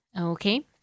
Okay